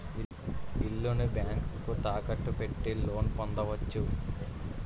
ఇల్లుని బ్యాంకుకు తాకట్టు పెట్టి లోన్ పొందవచ్చు